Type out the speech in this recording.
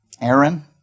Aaron